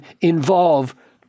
involve